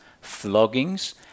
floggings